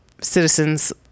citizens